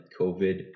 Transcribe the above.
COVID